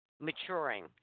maturing